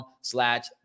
slash